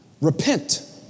Repent